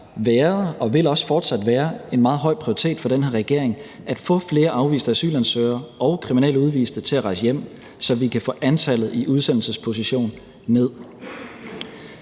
være en meget høj prioritering for den her regering at få flere afviste asylansøgere og kriminelle udviste til at rejse hjem, så vi kan få antallet, der er i udsendelsesposition, ned.